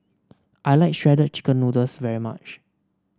I like Shredded Chicken Noodles very much